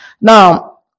Now